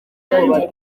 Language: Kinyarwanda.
kandi